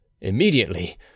immediately